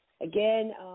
Again